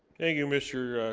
thank you mr.